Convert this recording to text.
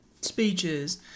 speeches